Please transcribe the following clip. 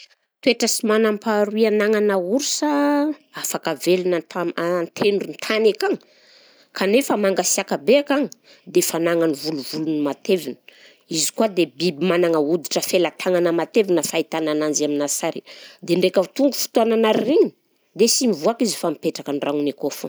Toetra sy manam-paharoy ananagna orsa afaka velogna an- an-tendrony tany akagny kanefa mangatsiaka be akagny dia fananany volovolony matevina, izy koa dia biby managna hoditra felan-tagnana matevina fahitana ananjy amina sary dia ndraika tonga fotoagnana ririnina dia tsy mivoaka izy fa mipetraka an-tragnony akao foagna